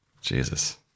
Jesus